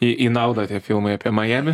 į į naudą tie filmai apie majamį